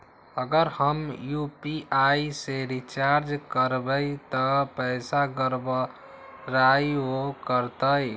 अगर हम यू.पी.आई से रिचार्ज करबै त पैसा गड़बड़ाई वो करतई?